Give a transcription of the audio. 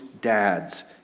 dads